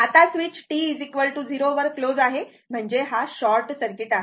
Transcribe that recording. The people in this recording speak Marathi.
आता स्विच t 0 वर क्लोज आहे म्हणजे हा शॉर्ट सर्किट आहे